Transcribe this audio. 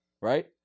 Right